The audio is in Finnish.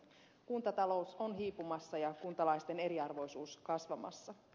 kuntatalous on hiipumassa ja kuntalaisten eriarvoisuus kasvamassa